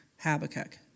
Habakkuk